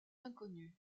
inconnu